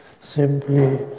simply